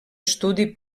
estudi